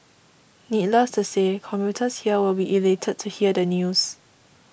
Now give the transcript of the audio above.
needless to say commuters here will be elated to hear the news